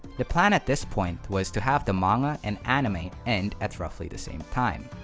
the plan at this point was to have the manga and anime end at roughly the same time.